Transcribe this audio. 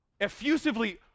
effusively